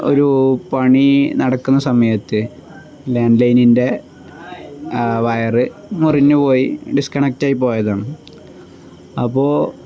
ഒരു പണി നടക്കുന്ന സമയത്ത് ലാൻഡ് ലൈനിൻ്റെ വയറ് മുറിഞ്ഞു പോയി ഡിസ്കണക്റ്റ് ആയി പോയതാണ് അപ്പോൾ